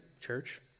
church